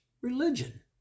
religion